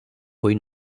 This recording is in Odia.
ହୋଇ